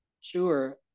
Sure